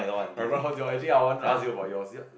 right bruh how's yours actually I wanted ask you about yours